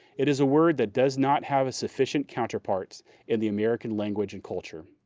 it is a word that does not have a sufficient counterpart in the american language and culture.